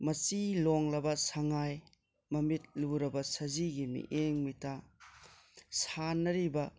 ꯃꯆꯤ ꯂꯣꯡꯂꯕ ꯁꯉꯥꯏ ꯃꯃꯤꯠ ꯂꯨꯔꯕ ꯁꯖꯤꯒꯤ ꯃꯤꯠꯌꯦꯡ ꯃꯤꯠꯇꯥ ꯁꯥꯟꯅꯔꯤꯕ